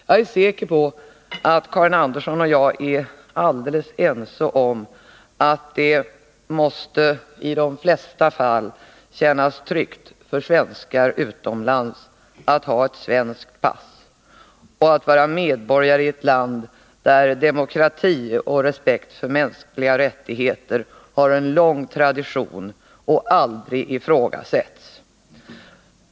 Jag är säker på att Karin Andersson och jag är alldeles ense om att det i de flesta fall måste kännas tryggt för svenskar utomlands att ha ett svenskt pass och att vara medborgare i ett land där demokrati och respekt för mänskliga rättigheter har en lång tradition och aldrig ifrågasätts.